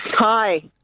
Hi